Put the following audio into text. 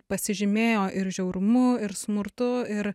pasižymėjo ir žiaurumu ir smurtu ir